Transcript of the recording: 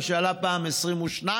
מה שעלה פעם 22,